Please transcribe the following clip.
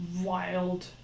wild